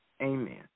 Amen